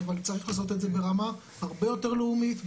אבל צריך לעשות את זה ברמה הרבה יותר לאומית,